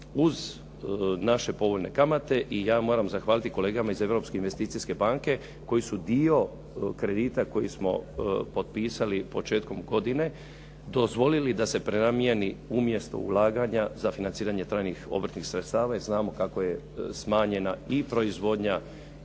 uz naše povoljne kamate. I ja moram zahvaliti kolegama iz Europske investicijske banke koji su dio kredita koji smo potpisali početkom godine, dozvolili da se prenamjeni umjesto ulaganja za financiranje trajnih obrtnih sredstava, jer znamo kako je smanjenja i proizvodnja